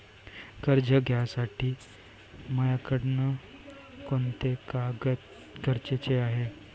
कर्ज घ्यासाठी मायाकडं कोंते कागद गरजेचे हाय?